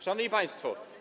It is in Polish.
Szanowni Państwo!